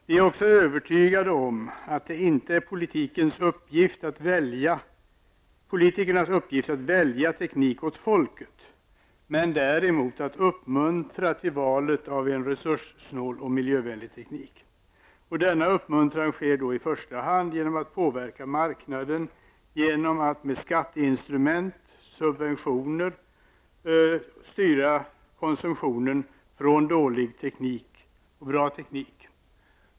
Vi är också övertygade om att det inte är politikernas uppgift att välja teknik åt folket -- däremot att uppmuntra till valet av en resurssnål och miljövänlig teknik. Denna uppmuntran sker i första hand genom att man påverkar marknaden genom att med skatteinstrumentet och med subventioner styra konsumtionen från dålig teknik till bra teknik.